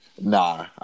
nah